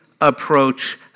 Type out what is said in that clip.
approach